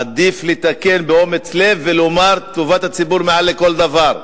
עדיף לתקן באומץ לב ולומר שטובת הציבור מעל כל דבר,